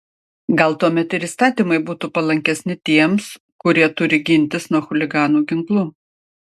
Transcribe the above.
gal tuomet ir įstatymai būtų palankesni tiems kurie turi gintis nuo chuliganų ginklu